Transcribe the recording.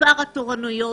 מספר התורנויות,